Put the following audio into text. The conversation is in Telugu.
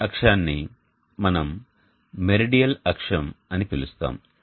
ఈ అక్షమును మనం "మెరిడియల్ అక్షం" అని పిలుస్తాము